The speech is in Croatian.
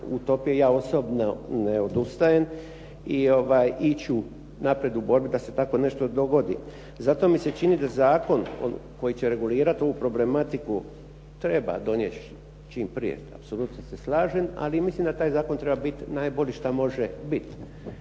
ja osobno ne odustajem i ići unaprijed u borbi da se takvo nešto dogodi. Zato mi se čini da zakon koji će regulirati ovu problematiku treba donijeti čim prije, apsolutno se slažem, ali mislim da taj zakon treba biti najbolji što može biti.